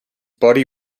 body